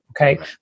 okay